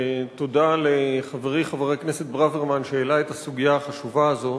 תודה לחברי חבר הכנסת ברוורמן שהעלה את הסוגיה החשובה הזאת.